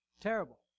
Terrible